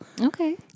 Okay